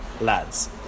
lads